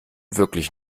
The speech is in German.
wirklich